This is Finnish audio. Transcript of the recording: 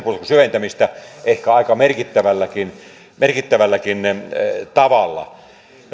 syventämistä ehkä aika merkittävälläkin merkittävälläkin tavalla